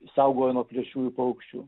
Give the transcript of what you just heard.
saugojo nuo plėšriųjų paukščių